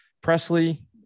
Presley